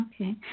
Okay